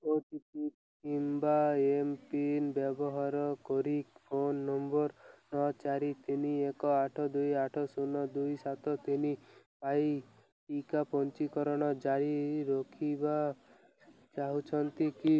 ଓ T P କିମ୍ବା M PIN ବ୍ୟବହାର କରି ଫୋନ୍ ନମ୍ବର୍ ନଅ ଚାରି ତିନି ଏକ ଆଠ ଦୁଇ ଆଠ ଶୂନ ଦୁଇ ସାତ ତିନି ପାଇଁ ଟିକା ପଞ୍ଜୀକରଣ ଜାରି ରଖିବା ଚାହୁଁଛନ୍ତି କି